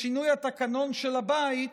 לשינוי התקנון של הבית,